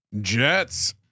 Jets